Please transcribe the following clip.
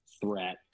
threat